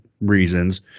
reasons